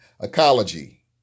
Ecology